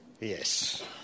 Yes